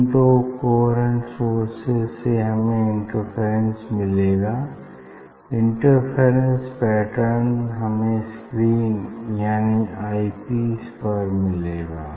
इन दो coherent sources से हमें इंटरफेरेंस मिलेगा इंटरफेरेंस पैटर्न हमें स्क्रीन यानि आई पीस पर मिलेगा